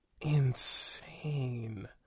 Insane